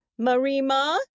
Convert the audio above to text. Marima